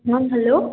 ହଁ ହ୍ୟାଲୋ